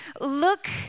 look